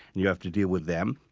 you have to deal with them.